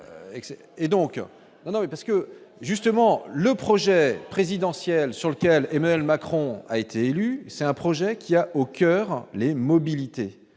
que justement le projet présidentiel sur lequel Emmanuel Macron a été élu, c'est un projet qui a au coeur les mobilités